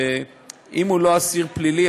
שאם הוא לא אסיר פלילי,